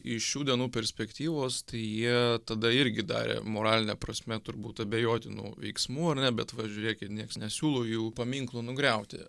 iš šių dienų perspektyvos tai jie tada irgi darė moraline prasme turbūt abejotinų veiksmų ar ne bet va žiūrėkit nieks nesiūlo jų paminklų nugriauti